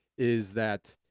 is that,